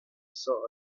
saw